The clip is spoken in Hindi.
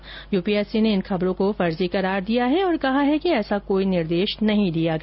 संघ लोक सेवा आयोग ने इन खबरों को फर्जी करार दिया है और कहा है कि ऐसा कोई निर्देश नहीं दिया गया